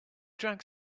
drank